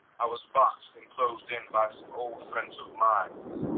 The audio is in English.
i was boxed and closed in by some old friends of mine.